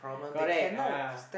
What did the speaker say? correct ah